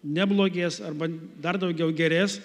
neblogės arba dar daugiau gerės